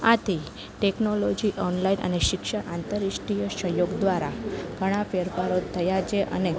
આથી technology online અને શિક્ષણ અને આંતરરાષ્ટ્રીય સંયોગ દ્વારા ઘણા ફેરફારો થયાં છે અને